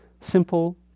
simple